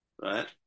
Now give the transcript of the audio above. right